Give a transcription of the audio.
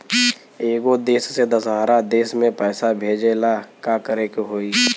एगो देश से दशहरा देश मे पैसा भेजे ला का करेके होई?